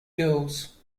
girls